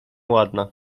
ładna